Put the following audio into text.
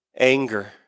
Anger